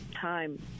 time